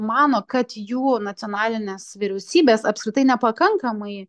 mano kad jų nacionalinės vyriausybės apskritai nepakankamai